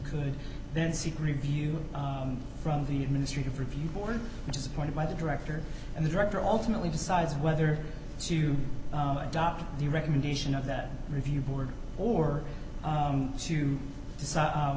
could then seek review from the administrative review board which is appointed by the director and the director alternately decides whether to adopt the recommendation of that review board or